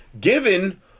Given